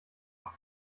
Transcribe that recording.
auf